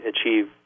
achieve